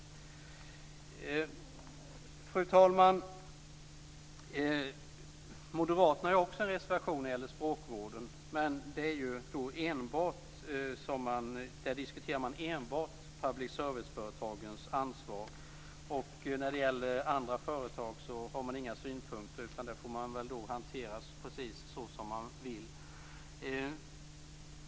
Fru talman! Moderaterna har också en reservation när det gäller språkvården, men där diskuterar de enbart public service-företagens ansvar. När det gäller andra företag har de inga synpunkter, utan dessa företag får väl hantera detta som de vill.